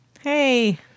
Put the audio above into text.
Hey